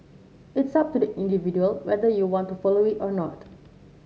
it's up to the individual whether you want to follow it or not